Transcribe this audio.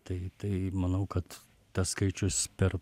tai tai manau kad tas skaičius per